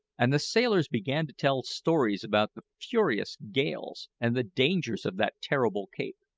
and the sailors began to tell stories about the furious gales and the dangers of that terrible cape.